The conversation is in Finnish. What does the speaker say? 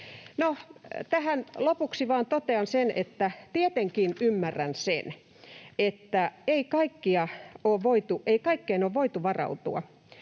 tähän lopuksi vain totean sen, että tietenkin ymmärrän sen, että ei kaikkeen ole voitu varautua.